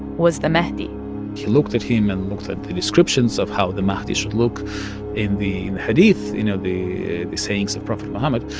was the mahdi he looked at him and looked at the descriptions of how the mahdi should look in the hadith, you know, the the sayings of prophet muhammad.